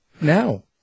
Now